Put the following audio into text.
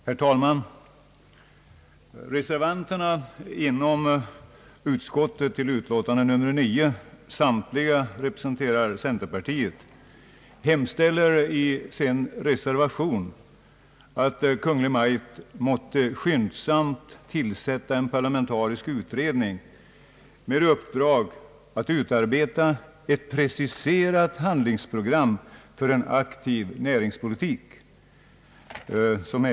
Herr talman! Samtliga centerpartiets representanter inom <:bankoutskottet hemställer i en reservation, som är fogad vid utskottets utlåtande nr 9, att Kungl. Maj:t skyndsamt måtte tillsätta en parlamentarisk utredning med uppdrag att utarbeta ett preciserat handlingsprogram för en aktiv näringspolitik.